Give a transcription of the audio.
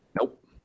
Nope